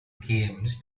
games